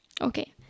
Okay